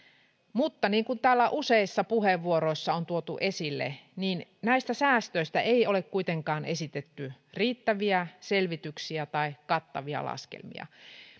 mutta niin kuin täällä useissa puheenvuoroissa on tuotu esille näistä säästöistä ei ole kuitenkaan esitetty riittäviä selvityksiä tai kattavia laskelmia